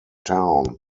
town